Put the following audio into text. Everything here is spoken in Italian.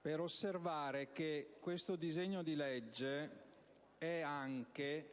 per osservare che il disegno di legge è anche,